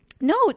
No